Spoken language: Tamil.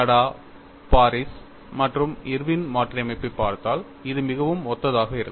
தடா பாரிஸ் மற்றும் இர்வின் மாற்றியமைப்பைப் பார்த்தால் இது மிகவும் ஒத்ததாக இருக்கும்